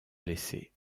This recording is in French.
blessé